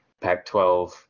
Pac-12